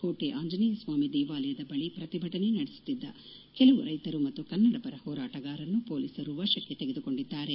ಕೋಟೆ ಆಂಜನೇಯ ಸ್ವಾಮಿ ದೇವಾಲಯ ಬಳಿ ಪ್ರತಿಭಟನೆ ನಡೆಸುತ್ತಿದ್ದ ಕೆಲವು ರೈತರು ಮತ್ತು ಕನ್ನಡ ಪರ ಹೋರಾಟಗಾರರನ್ನು ಪೊಲೀಸರು ವಶಕ್ಕೆ ತೆಗೆದುಕೊಂಡಿದ್ದಾರೆ